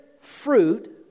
fruit